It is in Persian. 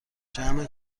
جمع